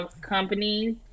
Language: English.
companies